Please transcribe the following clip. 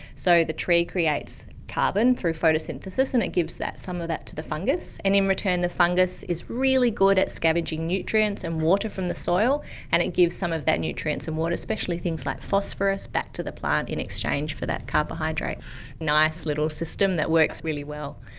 so the tree creates carbon through photosynthesis and it gives some of that to the fungus, and in return the fungus is really good at scavenging nutrients and water from the soil and it gives some of that nutrients and water, especially things like phosphorus, back to the plant in exchange for that carbohydrate. a nice little system that works really well.